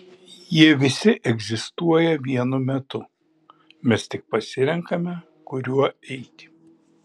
jie visi egzistuoja vienu metu mes tik pasirenkame kuriuo eiti